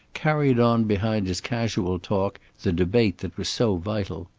carried on behind his casual talk the debate that was so vital.